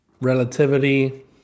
relativity